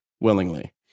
willingly